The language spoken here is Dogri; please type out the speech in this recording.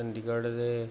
चंदीगढ दे